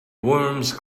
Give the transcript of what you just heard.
worms